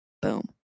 Boom